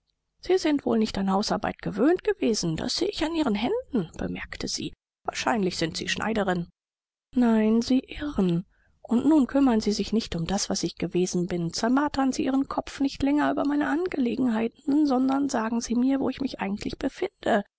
sie sind wohl nicht an hausarbeit gewöhnt gewesen das sehe ich an ihren händen bemerkte sie wahrscheinlich sind sie schneiderin nein sie irren und nun kümmern sie sich nicht um das was ich gewesen bin zermartern sie ihren kopf nicht länger über meine angelegenheiten sondern sagen sie mir wo ich mich eigentlich befinde